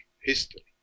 history